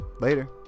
Later